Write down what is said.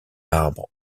arbre